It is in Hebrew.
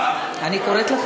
מה, אין,